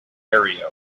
area